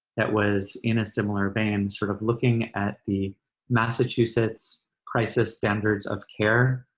that was in a similar vein, sort of looking at the massachusetts crisis standards of care,